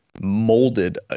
molded